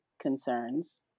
concerns